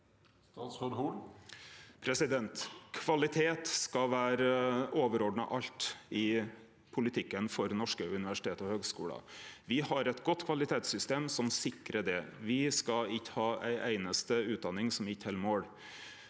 Kvalitet skal vere overordna alt i politikken for norske universitet og høgskular, og me har eit godt kvalitetssystem som sikrar det. Me skal ikkje ha ei einaste utdanning som ikkje held mål.